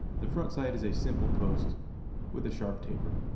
the front sight is a simple post with a sharp taper.